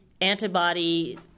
antibody